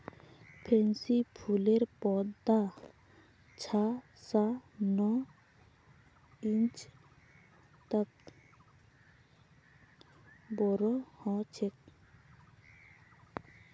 pansy फूलेर पौधा छह स नौ इंच तक बोरो ह छेक